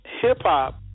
hip-hop